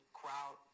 crowd